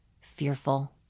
fearful